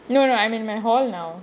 no no I'm in my hall now